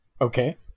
Okay